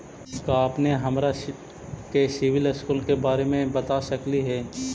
का अपने हमरा के सिबिल स्कोर के बारे मे बता सकली हे?